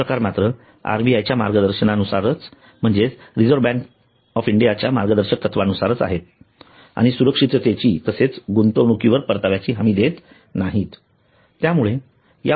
हे प्रकार मात्र आरबीआयच्या मार्गदर्शनानुसार म्हणजेच रिझर्व्ह बँक ऑफ इंडियाच्या मार्गदर्शक तत्त्वानुसार आहेत आणि सुरक्षिततेची तसेच गुंतवणुकीवर परताव्याची हमी देत नाहीत